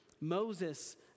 Moses